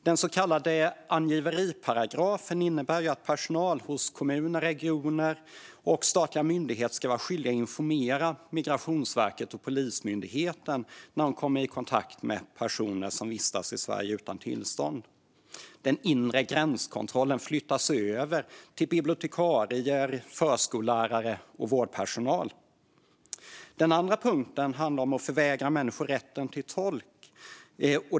Den så kallade angiveriparagrafen innebär att personal hos kommuner, regioner och statliga myndigheter ska vara skyldig att informera Migrationsverket och Polismyndigheten när man kommer i kontakt med personer som vistas i Sverige utan tillstånd. Den inre gränskontrollen flyttas över till bibliotekarier, förskollärare och vårdpersonal. Den andra punkten handlar om att förvägra människor rätten till tolk.